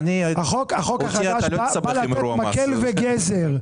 החוק החדש בא לתת מקל וגזר.